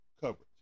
coverage